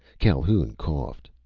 calhoun coughed.